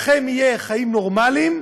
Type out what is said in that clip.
לכם יהיו חיים נורמליים,